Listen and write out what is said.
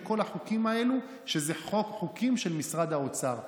כל החוקים האלה הוא שהם חוקים של משרד האוצר.